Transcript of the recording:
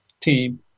team